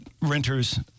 renters